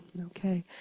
Okay